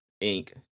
ink